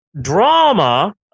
drama